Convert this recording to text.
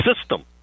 system